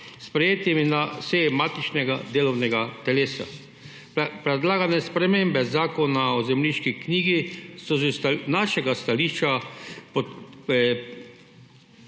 sprejetimi na seji matičnega delovnega telesa. Predlagane spremembe Zakona o zemljiški knjigi z našega stališča